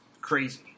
crazy